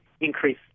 increase